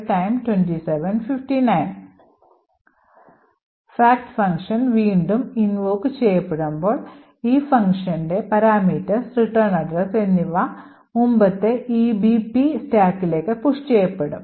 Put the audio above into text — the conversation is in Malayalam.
fact ഫംഗ്ഷൻ വീണ്ടും invoke ചെയ്യപ്പെടുമ്പോൾ ഈ functionൻറെ paraemeters return address എന്നിവ മുമ്പത്തെ EBP സ്റ്റാക്കിലേക്ക് പുഷ് ചെയ്യപ്പെടും